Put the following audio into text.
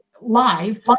live